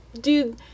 dude